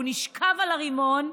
הוא נשכב על הרימון.